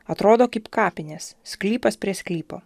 atrodo kaip kapinės sklypas prie sklypo